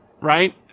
Right